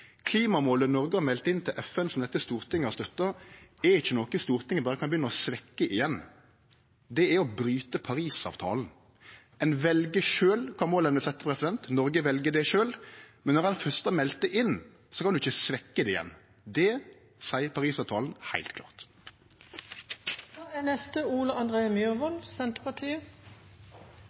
Klimamålet som Noreg har meldt inn til FN, og som dette storting har støtta, er ikkje noko Stortinget berre kan begynne å svekkje igjen. Det er å bryte Parisavtalen. Ein vel sjølv kva mål ein vil setje, og Noreg vel det sjølv, men når ein først har meldt det inn, kan ein ikkje svekkje det igjen. Det seier Parisavtalen heilt klart. Til representanten Rotevatn: Han trenger ikke prøve å tillegge Senterpartiet